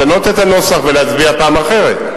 לשנות את הנוסח ולהצביע בפעם אחרת.